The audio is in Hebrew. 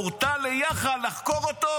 הורתה ליאח"ה לחקור אותו,